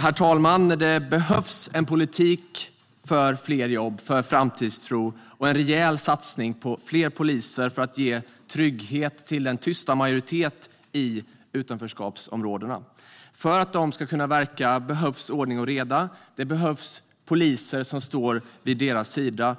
Herr talman! Det behövs en politik för fler jobb och framtidstro, och det behövs en rejäl satsning på fler poliser för att ge trygghet till den tysta majoriteten i utanförskapsområdena. För att de ska kunna verka behövs ordning och reda och poliser som står vid deras sida.